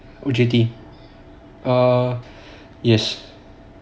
O_J_T err yes